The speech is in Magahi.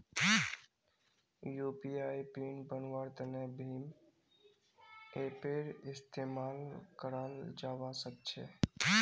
यू.पी.आई पिन बन्वार तने भीम ऐपेर इस्तेमाल कराल जावा सक्छे